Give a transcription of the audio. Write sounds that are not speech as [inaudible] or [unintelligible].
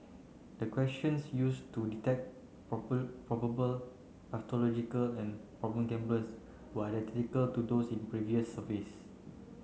the questions use to detect [unintelligible] probable pathological and problem gamblers were [unintelligible] to those in previous surveys